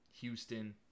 Houston